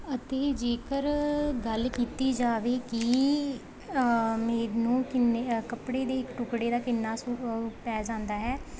ਅਤੇ ਜੇਕਰ ਗੱਲ ਕੀਤੀ ਜਾਵੇ ਕਿ ਮੈਨੂੰ ਕਿੰਨੇ ਕੱਪੜੇ ਦੇ ਇੱਕ ਟੁਕੜੇ ਦਾ ਕਿੰਨਾ ਸੂ ਪੈ ਜਾਂਦਾ ਹੈ